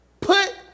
Put